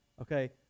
okay